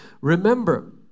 remember